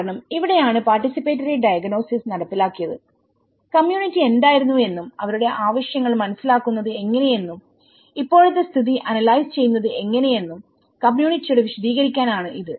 കാരണംഇവിടെയാണ് participatory diagnosis നടപ്പിലാക്കിയത്കമ്മ്യൂണിറ്റി എന്തായിരുന്നു എന്നും ആവരുടെ ആവശ്യങ്ങൾ മനസ്സിലാക്കുന്നത് എങ്ങനെ എന്നും ഇപ്പോഴത്തെ സ്ഥിതി അനലൈസ് ചെയ്യുന്നത് എങ്ങനെ എന്നും കമ്മ്യൂണിറ്റി യോട് വിശദീകരിക്കാൻ ആണ് ഇത്